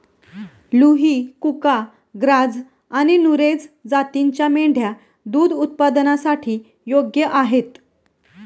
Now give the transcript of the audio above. लुही, कुका, ग्राझ आणि नुरेझ जातींच्या मेंढ्या दूध उत्पादनासाठी योग्य आहेत